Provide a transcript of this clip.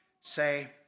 say